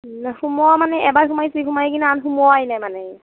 সুমুৱা মানে এবাৰ সুমাইছে কিনি আৰু সোমাই নাই মানে